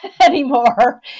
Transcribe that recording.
anymore